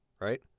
right